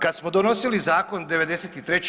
Kad smo donosili zakon '93.